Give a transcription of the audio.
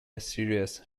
series